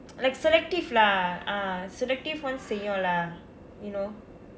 like selective lah ah selective ones செய்யும்:seyyum lah you know